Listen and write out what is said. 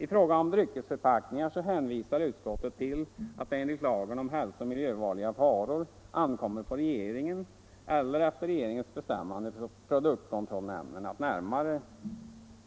I fråga om dryckesförpackningar hänvisar utskottet till att det enligt lagen om hälsooch miljöfarliga varor ankommer på regeringen eller efter regeringens bestämmande produktkontrollnämnden att närmare